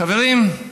חברים,